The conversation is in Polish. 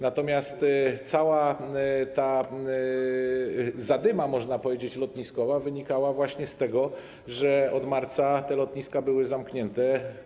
Natomiast cała ta zadyma, można powiedzieć, lotniskowa, wynikała właśnie z tego, że od marca te lotniska były zamknięte.